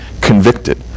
convicted